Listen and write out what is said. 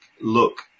look